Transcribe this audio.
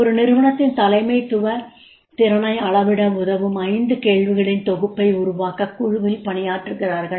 ஒரு நிறுவனத்தின் தலைமைத்துவத் திறனை அளவிட உதவும் 5 கேள்விகளின் தொகுப்பை உருவாக்க குழுவில் பணியாற்றுகிறார்கள்